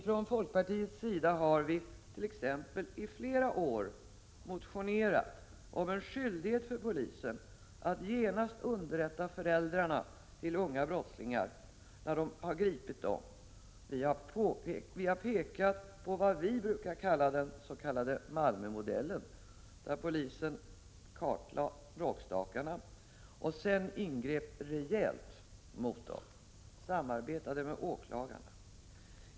Från folkpartiets sida har vi t.ex. i flera år motionerat om en skyldighet för polisen att genast underrätta föräldrarna till de unga brottslingar som har gripits. Vi har pekat på vad vi brukar benämna den s.k. Malmömodellen, där polisen kartlade bråkstakarna och sedan ingrep rejält mot dem. Man samarbetade med åklagarna.